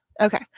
Okay